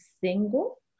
Single